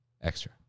Extra